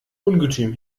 ungetüm